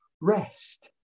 rest